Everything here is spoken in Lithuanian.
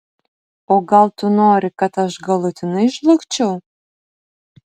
o gal tu nori kad aš galutinai žlugčiau